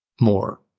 more